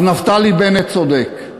אז נפתלי בנט צודק.